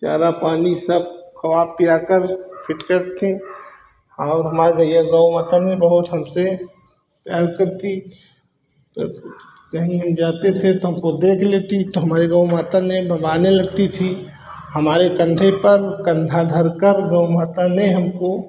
चारा पानी सब खिला पियाकर फिट करते और हमारे गैया गौ माता में बहुत हमसे लाइक करती तो तो हम जाते थे तो हमको देख लेती तो हमारे गौ माता ने बम्बाने लगती थी हमारे कंधे पर कन्धा धरकर गौ माता ने हमको